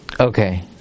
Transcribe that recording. Okay